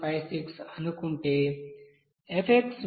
426156 అనుకుంటే f విలువ 2